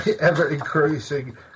ever-increasing